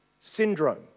syndrome